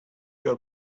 your